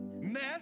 mess